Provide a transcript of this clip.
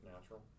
natural